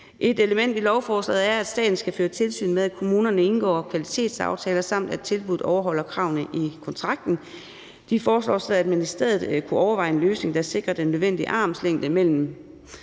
Et element i lovforslaget er, at staten skal føre tilsyn med, at kommunerne indgår kvalitetsaftaler, samt at tilbuddet overholder kravene i kontrakten. De foreslår, at ministeriet kunne overveje en løsning, der sikrer den nødvendige armslængde mellem